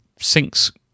syncs